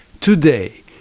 Today